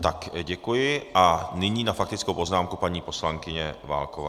Tak, děkuji, a nyní na faktickou poznámku paní poslankyně Válková.